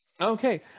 Okay